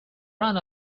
run